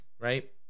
right